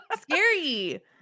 Scary